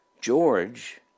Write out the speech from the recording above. George